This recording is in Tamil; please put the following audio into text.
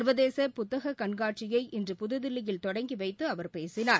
சர்வதேச புத்தக கண்காட்சியை இன்று புதுதில்லியில் தொடங்கிவைத்து அவர் பேசினார்